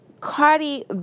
Cardi